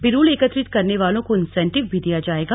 पिरूल एकत्रित करने वालों को इंसेटिव भी दिया जायेगा